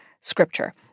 scripture